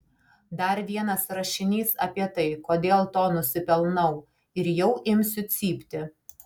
dar vienas rašinys apie tai kodėl to nusipelnau ir jau imsiu cypti